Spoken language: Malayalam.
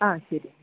ആ ശരി